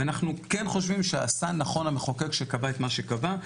ואנחנו כן חושבים שעשה נכון המחוקק שקבע את מה שקבע.